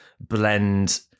blend